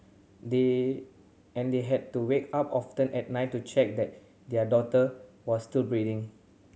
they and they had to wake up often at night to check that their daughter was still breathing